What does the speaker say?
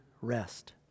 rest